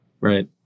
Right